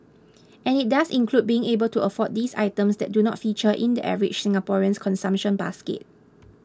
and it does include being able to afford those items that do not feature in the average Singaporean's consumption basket